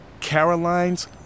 Caroline's